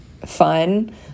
fun